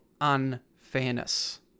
unfairness